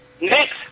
Next